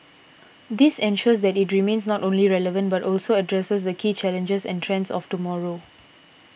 this ensures that it remains not only relevant but also addresses the key challenges and trends of tomorrow